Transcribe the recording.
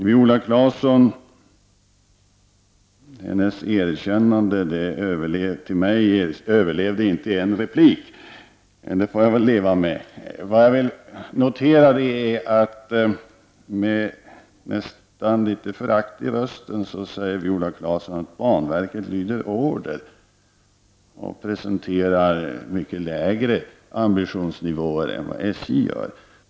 Viola Claessons erkännande till mig överlevde inte en replik, men det får jag väl leva med. Jag vill notera att Viola Claesson med nästan litet förakt i rösten sade att banverket lyder order och presenterar en mycket lägre ambitionsnivå än vad SJ gör.